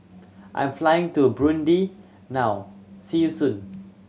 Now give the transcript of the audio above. I am flying to Burundi now see you soon